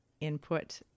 input